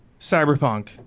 Cyberpunk